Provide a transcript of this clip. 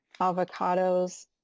avocados